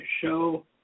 show